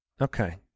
okay